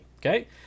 okay